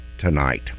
Tonight